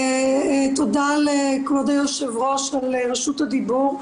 תודה לכבוד היושב-ראש על רשות הדיבור.